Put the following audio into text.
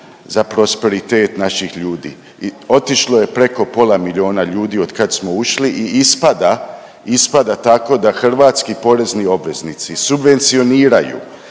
za prosperitet naših ljudi i otišlo je preko pola milijuna ljudi otkad smo ušli i ispada, ispada tako da hrvatski porezni obveznici subvencioniraju